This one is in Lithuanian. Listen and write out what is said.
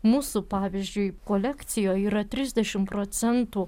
mūsų pavyzdžiui kolekcijoj yra trisdešim procentų